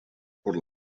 por